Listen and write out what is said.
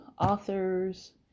authors